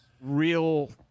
real